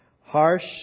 harsh